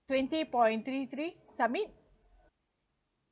twenty point three three submit